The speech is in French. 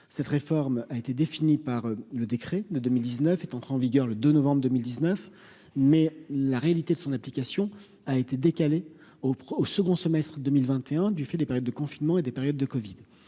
cette réforme a été défini par le décret de 2019 est entré en vigueur le 2 novembre 2019, mais la réalité de son application a été décalé au au second semestre 2021, du fait des périodes de confinement et des périodes de Covid